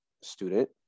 student